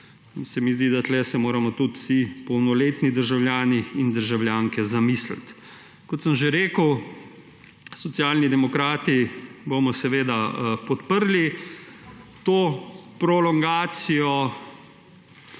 se mi, da se moramo tu tudi vsi polnoletni državljani in državljanke zamisliti. Kot sem že rekel, Socialni demokrati bomo podprli to prolongacijo.